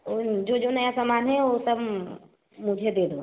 जो जो नया सामान है वह सब मुझे दे दो